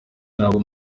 ntabwo